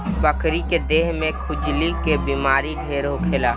बकरी के देह में खजुली के बेमारी ढेर होखेला